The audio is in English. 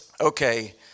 okay